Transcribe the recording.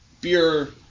beer